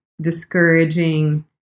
discouraging